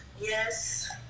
Yes